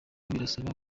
birasaba